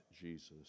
Jesus